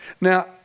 Now